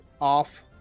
off